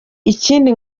ikindi